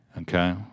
Okay